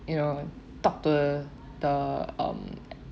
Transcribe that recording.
you know talk to the um